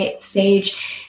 stage